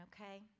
okay